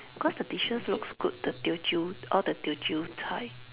cause the dishes looks good the Teochew all the Teochew 菜 mm